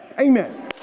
Amen